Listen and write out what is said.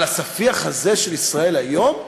אבל הספיח הזה של "ישראל היום"